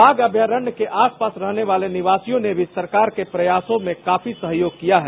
बाघ अभयारण्य के आस पास रहने वाले निवासियों ने भी सरकार के प्रयासों में काफी सहयोग किया है